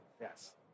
Yes